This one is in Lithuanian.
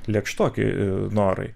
lėkštoki norai